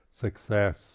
success